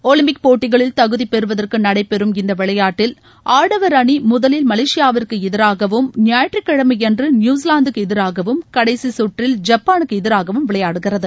Olympic போட்டிகளில் தகுதி பெறுவதற்கு நடைபெறும் இந்த விளையாட்டில் ஆடவர் அணி முதலில் மலேசியாவிற்கு எதிராகவும் ஞாயிற்றுக்கிழமையன்று நியூசிலாந்துக்கு எதிராகவும் கடைசி சுற்றில் ஜப்பானுக்கு எதிராகவும் விளையாடுகிறது